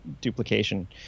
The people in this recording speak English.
duplication